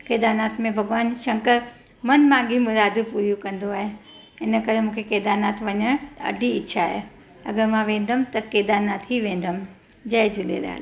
केदारनाथ में भॻवान शंकर मन मांगी मुरादियूं पूरियूं कंदो आहे इनकरे मूंखे केदारनाथ वञणु ॾाढी इच्छा आहे अगरि मां वेंदमि त केदारनाथ ई वेंदमि जय झूलेलाल